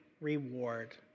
reward